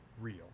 real